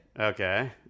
Okay